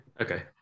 Okay